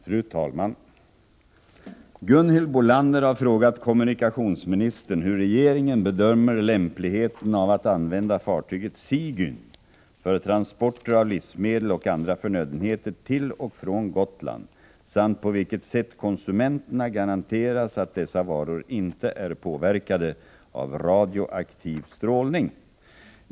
Fru talman! Gunhild Bolander har frågat kommunikationsministern hur regeringen bedömer lämpligheten av att använda fartyget Sigyn för transporter av livsmedel och andra förnödenheter till och från Gotland samt på vilket sätt konsumenterna garanteras att dessa varor inte är påverkade av radioaktiv strålning.